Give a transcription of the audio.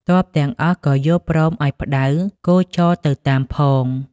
ទ័ពទាំងអស់ក៏យល់ព្រមឱ្យផ្ដៅគោចរទៅតាមផង ។